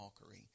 mockery